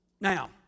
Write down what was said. Now